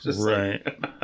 Right